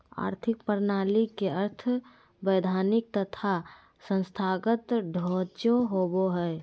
आर्थिक प्रणाली के अर्थ वैधानिक तथा संस्थागत ढांचे होवो हइ